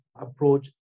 approach